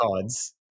cards